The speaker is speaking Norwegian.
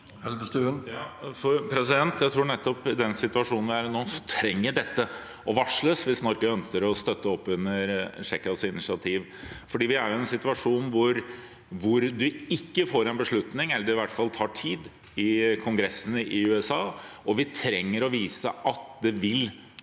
Jeg tror at nettopp i den situasjonen vi nå er i, trenger dette å varsles hvis Norge ønsker å støtte opp under Tsjekkias initiativ. Vi er i en situasjon hvor vi ikke får en beslutning, eller det tar i hvert fall tid i Kongressen i USA, og vi trenger å vise at det vil